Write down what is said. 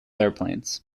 airplanes